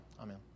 Amen